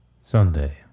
Sunday